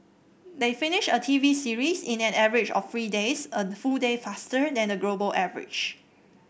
they finish a T V series in an average of three days a full day faster than the global average